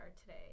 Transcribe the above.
today